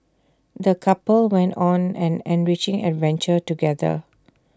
the couple went on an enriching adventure together